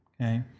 okay